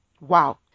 Wow